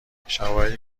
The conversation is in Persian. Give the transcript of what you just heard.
شواهدی